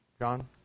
John